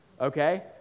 okay